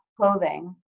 clothing